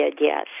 yes